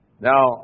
Now